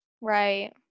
Right